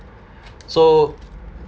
so